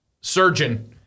surgeon